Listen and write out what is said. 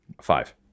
Five